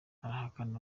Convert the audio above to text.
arahakana